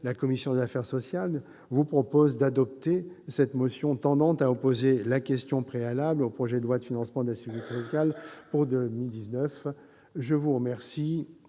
la commission des affaires sociales vous propose d'adopter cette motion tendant à opposer la question préalable au projet de loi de financement de la sécurité sociale pour 2019. Cela étant,